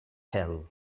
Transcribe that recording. hell